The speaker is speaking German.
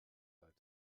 leid